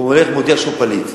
הולך ומודיע שהוא פליט,